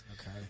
Okay